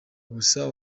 gusa